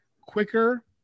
quicker